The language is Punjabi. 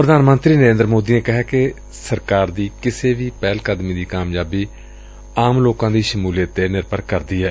ਪ੍ਧਾਨ ਮੰਤਰੀ ਨਰੇਂਦਰ ਮੋਦੀ ਨੇ ਕਿਹੈ ਕਿ ਸਰਕਾਰ ਦੀ ਕਿਸੇ ਵੀ ਪਹਿਲਕਦਮੀ ਦੀ ਕਾਮਯਾਬੀ ਆਮ ਲੋਕਾਂ ਦੀ ਸ਼ਮੁਲੀਅਤ ਤੇ ਨਿਰਭਰ ਕਰਦੀ ਏ